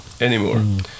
anymore